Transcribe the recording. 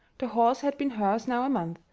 the horse had been hers now a month,